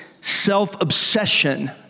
self-obsession